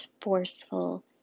forceful